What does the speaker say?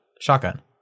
shotgun